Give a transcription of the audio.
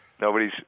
Nobody's